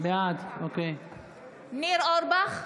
אינו נוכח ניר אורבך,